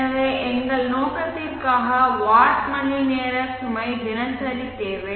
எனவே எங்கள் நோக்கத்திற்காக வாட் மணிநேர சுமை தினசரி தேவை